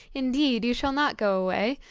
indeed you shall not go away,